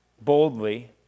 boldly